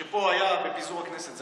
זה היה לדעתי בפיזור הכנסת,